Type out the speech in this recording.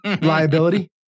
Liability